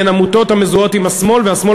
בין עמותות המזוהות עם השמאל והשמאל